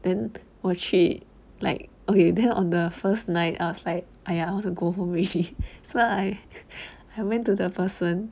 then 我去 like okay then on the first night I was like !aiya! I want to go home already so I I went to the person